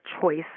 choice